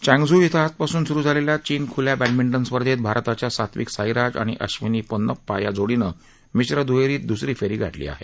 Changzhou इथं आजपासून सुरू झालेल्या चीन ख्ल्या बॅडमिंटन स्पर्धेत भारताच्या सात्विक साईराज आणि अश्विनी पोन्नप्पा या जोडीनं मिश्र दुहेरीची दुसरी फेरी गाठली आहे